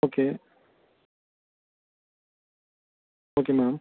okay okay ma'am